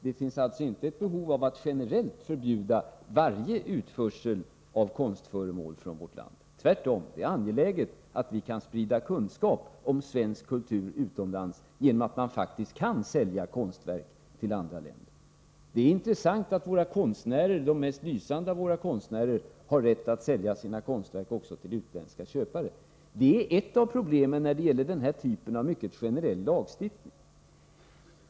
Det finns alltså inget behov av att generellt förbjuda varje utförsel av konstföremål från vårt land. Det är tvärtom angeläget att kunna sprida kunskap utomlands om svensk kultur genom att det faktiskt går att sälja konstverk till andra länder. Det är intressant att de mest lysande av våra konstnärer har rätt att sälja sina konstverk också till utländska köpare. Det är ett av problemen med den här typen av mycket generell lagstiftning.